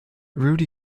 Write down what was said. rudi